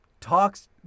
talks